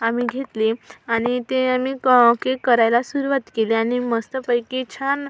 आम्ही घेतली आणि ते आम्ही क केक करायला सुरवात केली आणि मस्त पैकी छान